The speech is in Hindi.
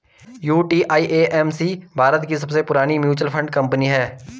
यू.टी.आई.ए.एम.सी भारत की सबसे पुरानी म्यूचुअल फंड कंपनी है